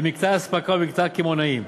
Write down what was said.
במקצה האספקה ובמקצה הקמעונאים,